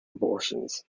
abortions